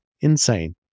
insane